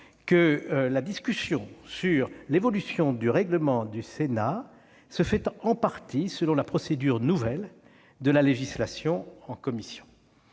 que la discussion sur l'évolution du règlement du Sénat se fait en partie selon la procédure nouvelle de la législation en commission.